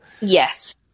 Yes